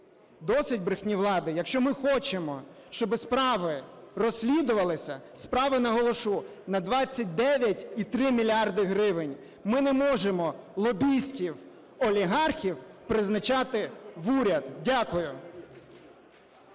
досить брехні влади. Якщо ми хочемо, щоб справи розслідувались, справи, наголошу, на 29,3 мільярди гривень, ми не можемо лобістів олігархів призначати в уряд. Дякую.